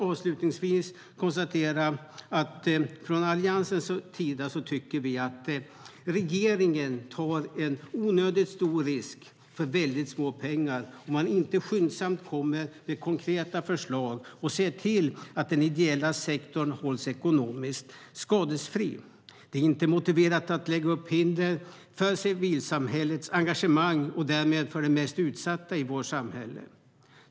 Avslutningsvis vill jag säga att vi från Alliansens sida tycker att regeringen tar en onödigt stor risk för väldigt lite pengar om man inte skyndsamt kommer med konkreta förslag och ser till att den ideella sektorn hålls ekonomiskt skadefri. Det är inte motiverat att lägga upp hinder för civilsamhällets engagemang och därmed för de mest utsatta i vårt samhälle.